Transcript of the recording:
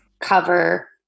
cover